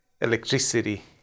electricity